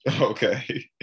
okay